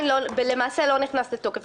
למעשה זה לא נכנס לתוקף.